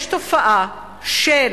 יש תופעה של,